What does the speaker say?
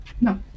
No